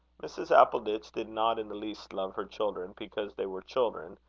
mrs. appleditch did not in the least love her children because they were children,